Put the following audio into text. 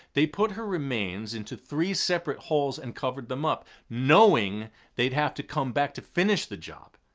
they put her remains into three separate holes and covered them up knowing they'd have to come back to finish the job.